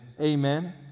Amen